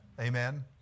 Amen